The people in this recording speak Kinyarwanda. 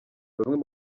bamwe